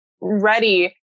ready